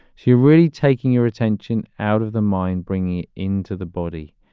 she really taking your attention out of the mine, bringing into the body